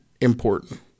important